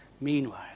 Meanwhile